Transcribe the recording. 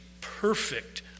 perfect